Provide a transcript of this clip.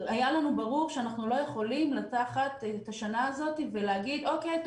היה לנו ברור שאנחנו לא יכולים לקחת את השנה הזאת ולהגיד: אוקיי,